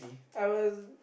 I was